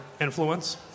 influence